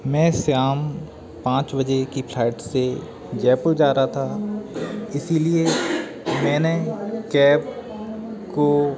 मैं शाम पाँच बजे की फ्लाइट से जयपुर जा रहा था इसीलिए मैंने कैब को